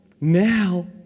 now